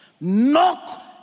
Knock